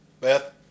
Beth